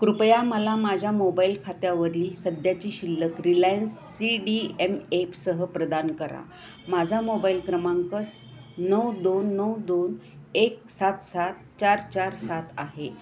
कृपया मला माझ्या मोबाईल खात्यावरील सध्याची शिल्लक रिलायन्स सी डी एम एपसह प्रदान करा माझा मोबाईल क्रमांक नऊ दोन नऊ दोन एक सात सात चार चार सात आहे